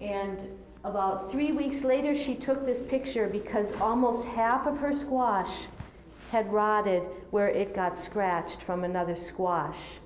and about three weeks later she took this picture because almost half of her squash had rotted where it got scratched from another squash